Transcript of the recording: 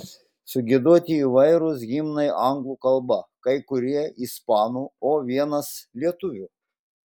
sugiedoti įvairūs himnai anglų kalba kai kurie ispanų o vienas lietuvių